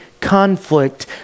conflict